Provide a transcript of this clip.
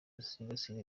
dusigasire